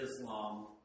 Islam